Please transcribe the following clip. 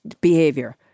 behavior